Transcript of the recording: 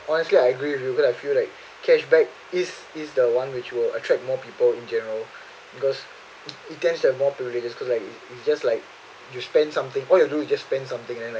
well actually I agree with you because I feel like cashback is is the one which will attract more people in general because it it tends to have more privileges cause like you just like you spend something all you have to do is just spend something then like